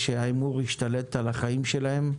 שההימור השתלט על החיים שלהם,